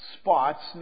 spots